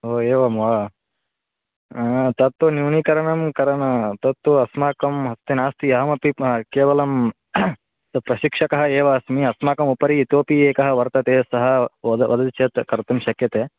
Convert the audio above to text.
हो एवं वा तत्तु न्यूनीकरणं करणं तत्तु अस्माकं हस्ते नास्ति अहमपि केवलं तत् प्रशिक्षकः एव अस्मि अस्माकम् उपरि इतोपि एकः वर्तते सः वद वदति चेत् कर्तुं शक्यते